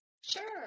Sure